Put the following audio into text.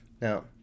Now